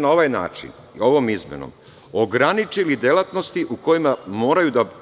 Na ovaj način ste ovom izmenom ograničili delatnosti u kojima